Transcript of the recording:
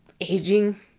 aging